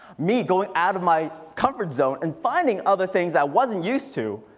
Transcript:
me going out of my comfort zone and finding other things i wasn't used to,